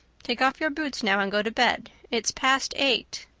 take off your boots now and go to bed. it's past eight.